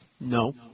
No